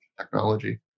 technology